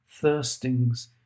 thirstings